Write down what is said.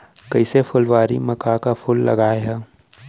कइसे फुलवारी म का का फूल लगाय हा?